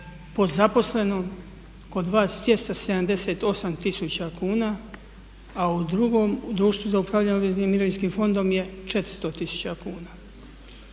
pod zaposleno kod vas 278 tisuća kuna a u drugom, u društvu za upravljanje obveznim mirovinskim fondom je 400 tisuća kuna.